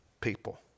people